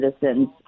citizens